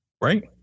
right